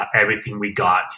everything-we-got